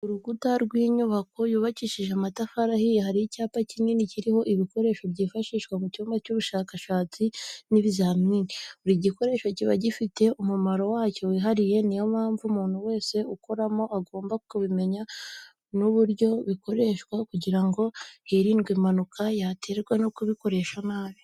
Ku rukuta rw'inyubako yubakishije amatafari ahiye hari icyapa kikini kiriho ibikoresho byifashishwa mu cyumba cy'ubushakashatsi n'ibizamini, buri gikoresho kiba gifite umumaro wacyo wihariye ni yo mpamvu umuntu wese ukoramo agomba kubimenya n'uburyo bikoreshwa kugira ngo hirindwe impanuka yaterwa no kubikoresha nabi.